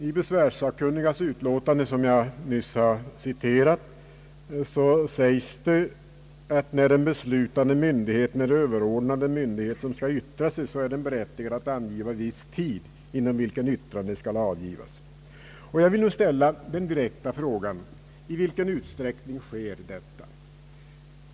I besvärssakkunnigas utlåtande, som jag nyss citerade, säges att när en beslutande eller överordnad myndighet skall yttra sig är den berättigad att ange en viss tid inom vilken yttrande skall avges.